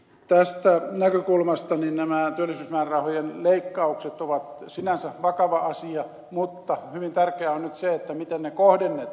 tästä näkökulmasta nämä työllisyysmäärärahojen leikkaukset ovat sinänsä vakava asia mutta hyvin tärkeää on nyt se miten ne kohdennetaan